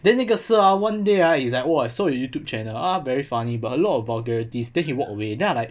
then 那个 sir ah one day right is like oh I saw your YouTube channel ah very funny but a lot of vulgarities then he walked away then I like